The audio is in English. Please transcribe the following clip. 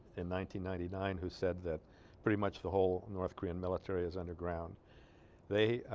in nineteen ninety nine who said that pretty much the whole north korean military is underground they ah.